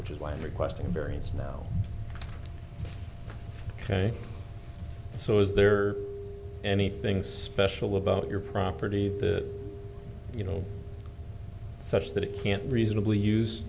which is why i'm requesting a variance now ok so is there anything special about your property that you know such that it can't reasonably use